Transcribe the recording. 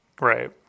Right